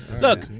Look